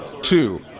two